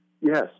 Yes